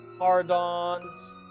hard-ons